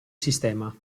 sistema